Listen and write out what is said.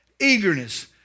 eagerness